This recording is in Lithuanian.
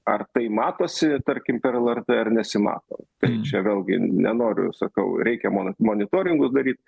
ar tai matosi tarkim per lrt ar nesimato tai čia vėlgi nenoriu sakau reikia mon monitoringus daryt